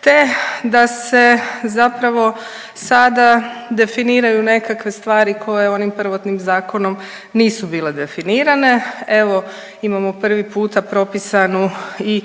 te da se zapravo sada definiraju nekakve stvari koje onim prvotnim zakonom nisu bile definirane. Evo imamo prvi puta propisanu i